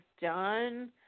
done